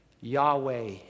Yahweh